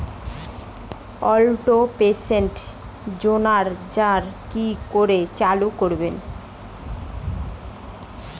অটল pension যোজনার কি করে চালু করব?